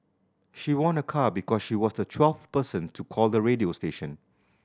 she won a car because she was the twelfth person to call the radio station